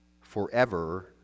forever